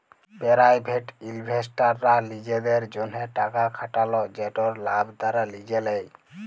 private ইলভেস্টাররা লিজেদের জ্যনহে টাকা খাটাল যেটর লাভ তারা লিজে লেই